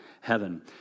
heaven